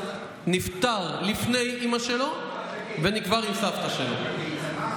נפטר לפני אימא שלו ונקבר עם סבתא שלו.